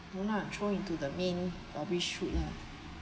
no lah throw into the main rubbish chute lah